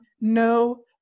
no